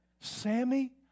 Sammy